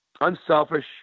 unselfish